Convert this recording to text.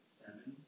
seven